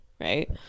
right